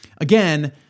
again